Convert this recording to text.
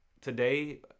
today